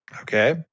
Okay